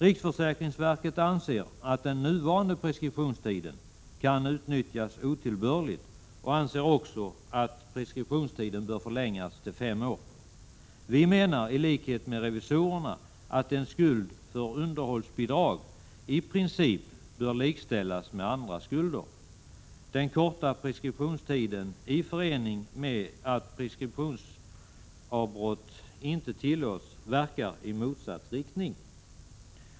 Riksförsäkringsverket anser att den nuvarande preskriptions 16 december 1986 tiden kan utnyttjas otillbörligt. Även riksförsäkringsverket anser att pre skriptionstiden bör förlängas till fem år. Vi menar, i likhet med revisorerna, Andriggi reglerna för att en skuld för underhållsbidrag i princip bör likställas med andra skulder Bidragsförskoti Gel ka: EE ;"— derhållsbidrag Den korta preskriptionstiden, i förening med att preskriptionsavbrott inte tillåts, verkar i motsatt riktning.